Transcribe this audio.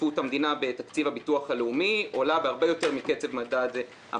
השתתפות המדינה בתקציב הביטוח הלאומי עולה הרבה יותר מקצב המדד,